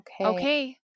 okay